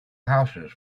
houses